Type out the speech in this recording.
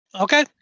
Okay